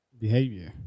behavior